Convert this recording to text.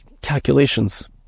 calculations